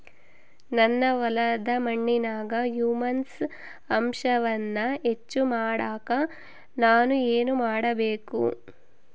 ನನ್ನ ಹೊಲದ ಮಣ್ಣಿನಾಗ ಹ್ಯೂಮಸ್ ಅಂಶವನ್ನ ಹೆಚ್ಚು ಮಾಡಾಕ ನಾನು ಏನು ಮಾಡಬೇಕು?